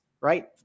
right